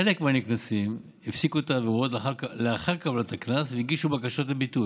חלק מהנקנסים הפסיקו את העבירות לאחר קבלת הקנס והגישו בקשות לביטול.